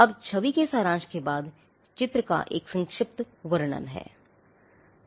अब छवि के सारांश के बाद चित्र का एक संक्षिप्त विवरण है